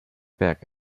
berg